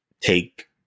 take